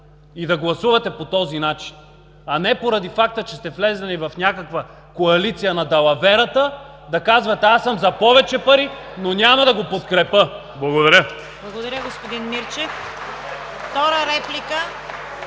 и да гласувате по този начин, а не поради факта, че сте влезли в някаква коалиция на далаверата, да казвате: „Аз съм за повече пари, но няма да го подкрепя“. Благодаря. (Ръкопляскания от „БСП за